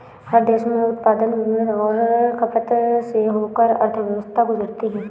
हर देश में उत्पादन वितरण और खपत से होकर अर्थव्यवस्था गुजरती है